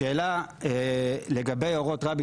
השאלה לגבי אורות רבין,